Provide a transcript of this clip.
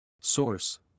Source